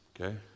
Okay